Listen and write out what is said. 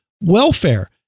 welfare